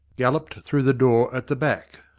galloped through the door at the back,